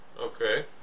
Okay